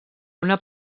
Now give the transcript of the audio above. una